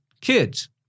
kids